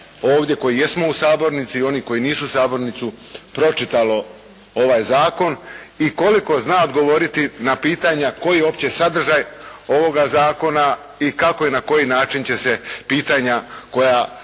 ovdje koji jesmo u sabornici i oni koji nisu u sabornici, pročitalo ovaj zakon i koliko zna odgovoriti na pitanja koji je uopće sadržaj ovoga zakona i kako i na koji način će se pitanja koja